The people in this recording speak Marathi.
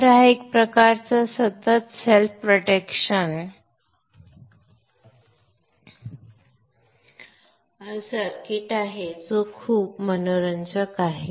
तर हा एक प्रकारचा सतत सेल्फ प्रोटेक्शन सर्किट आहे जो खूप मनोरंजक आहे